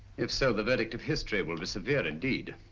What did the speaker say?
if so, the verdict of history will be severe indeed.